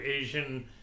Asian